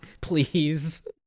please